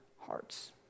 hearts